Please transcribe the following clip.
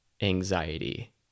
anxiety